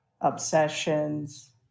obsessions